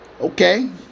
Okay